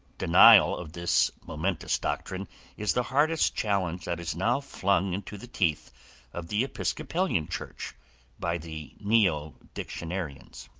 denial of this momentous doctrine is the hardest challenge that is now flung into the teeth of the episcopalian church by the neo-dictionarians.